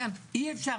אי-אפשר.